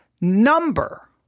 number